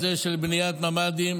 ממ"דים,